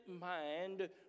mind